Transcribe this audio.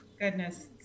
goodness